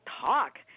talk